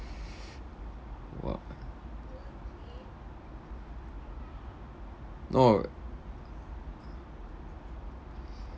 !wah! no